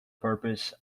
purpose